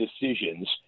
decisions